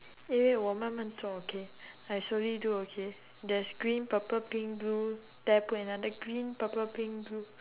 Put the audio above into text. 因为我慢慢做 okay I slowly do okay there's green purple pink blue then I put another green purple pink blue